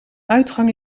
uitgang